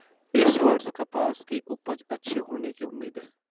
इस वर्ष कपास की उपज अच्छी होने की उम्मीद है